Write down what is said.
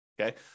okay